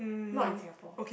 not in Singapore